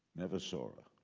never saw her.